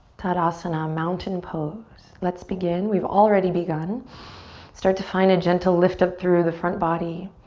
tadasana mountain pose, let's begin. we've already begun start to find a gentle lift up through the front body